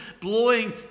blowing